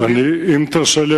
אם תרשה לי,